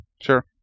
Sure